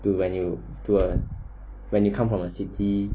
to venue to a when you come from the city